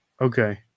Okay